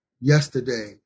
yesterday